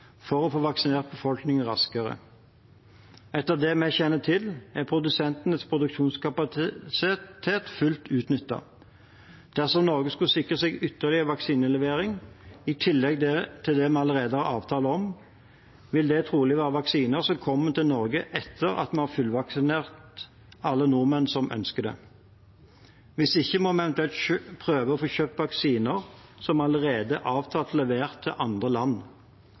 for å få vaksinert befolkningen raskere. Etter det vi kjenner til, er produsentenes produksjonskapasitet fullt utnyttet. Dersom Norge skulle sikre seg ytterligere vaksinelevering, i tillegg til det vi allerede har avtale om, vil det trolig være vaksiner som kommer til Norge etter at vi har fullvaksinert alle nordmenn som ønsker det. Hvis ikke må vi eventuelt prøve å få kjøpt vaksiner som allerede er avtalt levert til andre land.